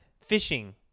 fishing